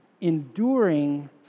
enduring